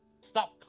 Stop